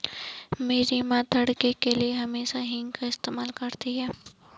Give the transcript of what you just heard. मेरी मां तड़के के लिए हमेशा हींग का इस्तेमाल करती हैं